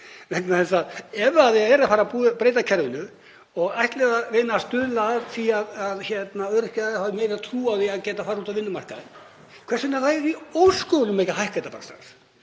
vegna þess að ef þið eruð að fara að breyta kerfinu og ætlið að reyna að stuðla að því að öryrkjar hafi meiri trú á því að geta farið aftur út á vinnumarkaðinn, hvers vegna í ósköpunum ekki að hækka þetta bara strax?